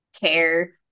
care